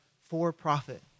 for-profit